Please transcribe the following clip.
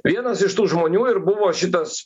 vienas iš tų žmonių ir buvo šitas